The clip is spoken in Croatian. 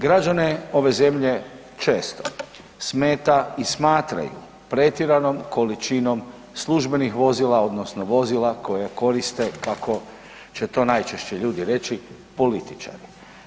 Građane ove zemlje često smeta i smatraju pretjeranom količinom službenih vozila odnosno vozila koje koriste kako će to najčešće ljudi reći političari.